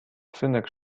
synek